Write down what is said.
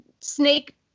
Snake